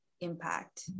impact